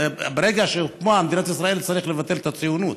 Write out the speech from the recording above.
ברגע שהוקמה מדינת ישראל צריך לבטל את הציונות,